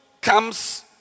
comes